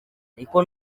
ariko